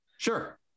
Sure